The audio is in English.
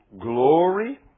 glory